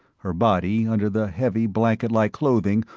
her body, under the heavy blanket-like clothing,